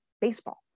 baseball